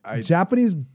Japanese